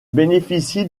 bénéficie